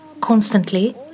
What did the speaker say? constantly